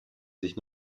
sich